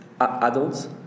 adults